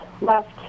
left